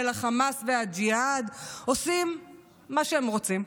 החמאס והג'יהאד עושים מה שהם רוצים.